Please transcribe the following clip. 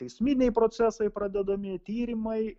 teisminiai procesai pradedami tyrimai